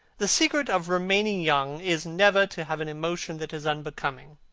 the secret of remaining young is never to have an emotion that is unbecoming.